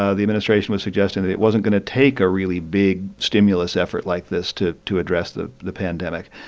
ah the administration was suggesting that it wasn't going to take a really big stimulus effort like this to to address the the pandemic.